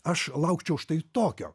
aš laukčiau štai tokio